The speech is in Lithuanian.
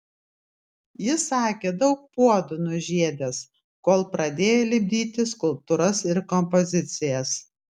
jis sakė daug puodų nužiedęs kol pradėjo lipdyti skulptūras ir kompozicijas